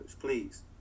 please